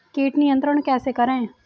कीट नियंत्रण कैसे करें?